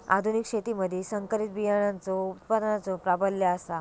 आधुनिक शेतीमधि संकरित बियाणांचो उत्पादनाचो प्राबल्य आसा